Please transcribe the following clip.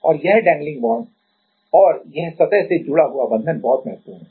और यह dangling bonds dangling bondsऔर यह सतह से जुड़ा हुआ बंधन बहुत महत्वपूर्ण है